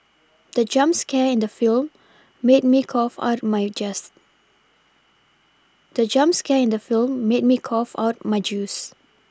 the jump scare in the film made me cough out my just the jump scare in the film made me cough out my juice